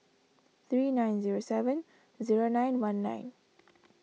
three nine zero seven zero nine one nine